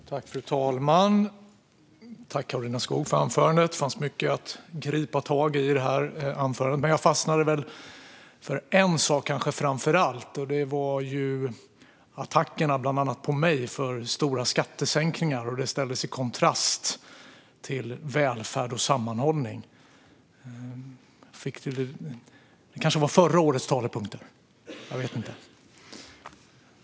Fru talman! Tack, Karolina Skog, för anförandet! Det fanns mycket att gripa tag i där, men jag fastnade framför allt för en sak. Det var attackerna på bland andra mig för stora skattesänkningar, vilket ställdes i kontrast till välfärd och sammanhållning. Det kanske var förra årets talepunkter? Jag vet inte.